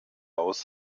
aus